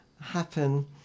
happen